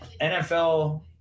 nfl